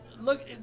Look